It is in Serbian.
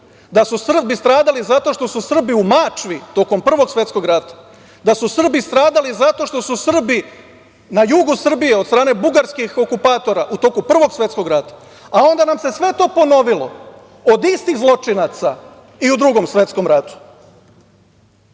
da su Srbi stradali zato što su Srbi u Mačvi tokom Prvog svetskog rata, da su Srbi stradali zato što su Srbi na jugu Srbije od strane bugarskih okupatora u toku Prvog svetskog rata, a onda nam se sve to ponovilo od istih zločinaca i u Drugom svetskom ratu. Malo